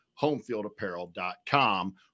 homefieldapparel.com